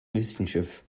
wüstenschiff